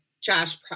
Josh